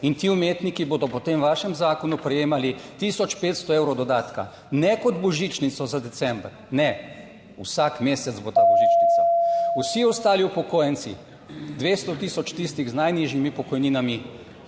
in ti umetniki bodo po tem vašem zakonu prejemali 1500 evrov dodatka, ne kot božičnico, za december, ne, vsak mesec bo ta božičnica. Vsi ostali upokojenci, 200000 tistih z najnižjimi pokojninami